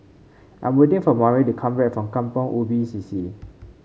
I'm waiting for Mari to come back from Kampong Ubi C C